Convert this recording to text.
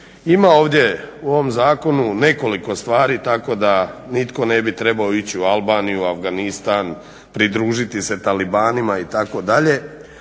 Ima ovdje u ovom zakonu nekoliko stvari tako da nitko ne bi trebao ići u Albaniju, Afganistan, pridružiti se talibanima itd., ali